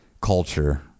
culture